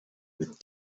with